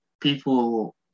people